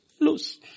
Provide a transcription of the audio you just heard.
lose